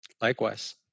Likewise